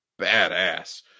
badass